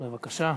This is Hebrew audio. בבקשה.